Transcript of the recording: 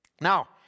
Now